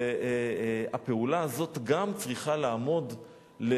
הפעולה הזאת צריכה לעמוד גם